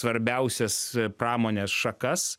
svarbiausias pramonės šakas